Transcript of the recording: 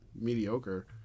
mediocre